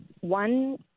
one